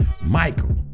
Michael